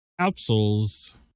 capsules